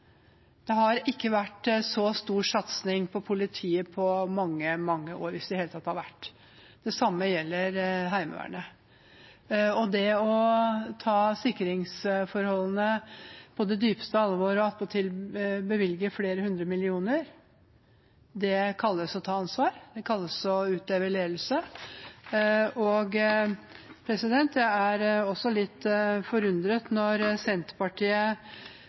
Det har ikke vært så stor satsing på politiet på mange år, hvis det i det hele tatt har vært det. Det samme gjelder Heimevernet. Det å ta sikringsforholdene på det dypeste alvor og attpåtil bevilge flere hundre millioner kalles å ta ansvar, det kalles å utøve ledelse. Jeg er også litt forundret når Senterpartiet